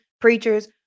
preachers